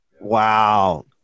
Wow